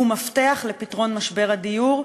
הוא מפתח לפתרון משבר הדיור,